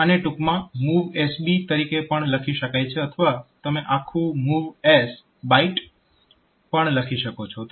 તો આને ટૂંકમાં MOVSB તરીકે પણ લખી શકાય છે અથવા તમે આખું MOVS BYTE પણ લખી શકો છો